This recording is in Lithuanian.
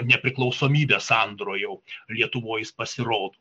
nepriklausomybės sandūroj jau lietuvoj jis pasirodo